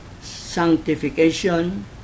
sanctification